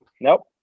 nope